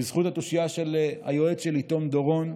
בזכות התושייה של היועץ שלי תום דורון,